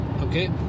okay